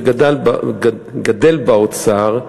וגדל באוצר,